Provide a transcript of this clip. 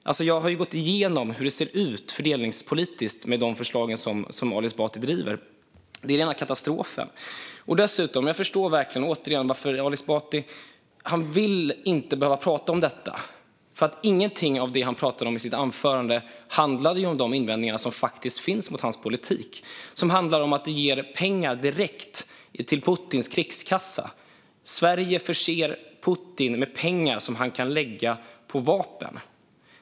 Jag har gått igenom hur det ser ut fördelningspolitiskt med de förslag som Ali Esbati driver. Det är rena katastrofen. Återigen, jag förstår verkligen varför Ali Esbati inte vill behöva prata om detta. Inget av det han pratade om i sitt anförande handlade om de invändningar mot hans politik som faktiskt finns, som handlar om att den ger pengar direkt till Putins krigskassa. Sverige förser Putin med pengar som han kan lägga på vapen.